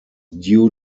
due